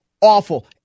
awful